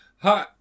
hi